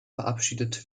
verabschiedet